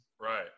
Right